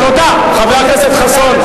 חבר הכנסת חסון,